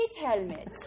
helmet